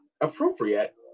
appropriate